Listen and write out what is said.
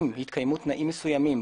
אם התקיימו תנאים מסוימים,